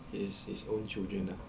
his his own children ah